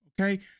Okay